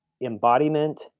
embodiment